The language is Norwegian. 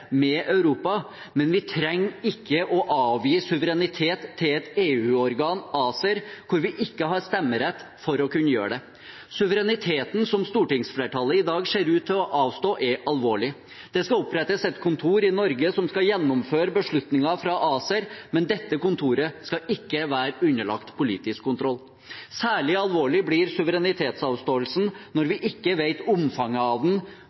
med Europa, men vi trenger ikke å avgi suverenitet til et EU-organ, ACER, hvor vi ikke har stemmerett, for å kunne gjøre det. Suvereniteten som stortingsflertallet i dag ser ut til å avstå, er alvorlig. Det skal opprettes et kontor i Norge som skal gjennomføre beslutninger fra ACER, men dette kontoret skal ikke være underlagt politisk kontroll. Særlig alvorlig blir suverenitetsavståelsen når vi ikke vet omfanget av den